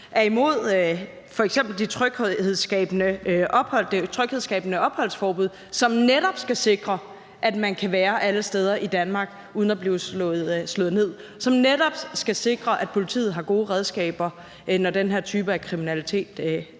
er imod f.eks. det tryghedsskabende opholdsforbud, som netop skal sikre, at man kan være alle steder i Danmark uden at blive slået ned, og som netop skal sikre, at politiet har gode redskaber, når den her type af kriminalitet